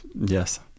Yes